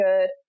good